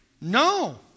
No